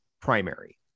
primary